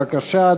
בבקשה,